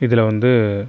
இதில் வந்து